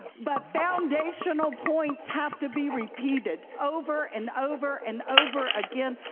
but foundational points have to be repeated over, and over, and over again,